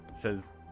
Says